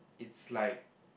it's like